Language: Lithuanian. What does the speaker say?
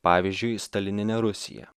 pavyzdžiui stalininė rusija